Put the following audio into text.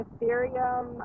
Ethereum